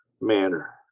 manner